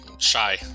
Shy